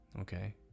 okay